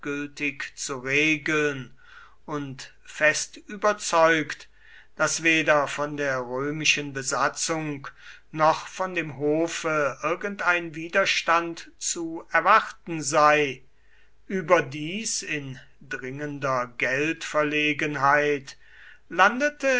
zu regeln und fest überzeugt daß weder von der römischen besatzung noch von dem hofe irgendein widerstand zu erwarten sei überdies in dringender geldverlegenheit landete